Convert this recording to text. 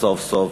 שסוף-סוף